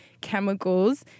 chemicals